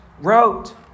wrote